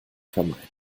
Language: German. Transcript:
vermeiden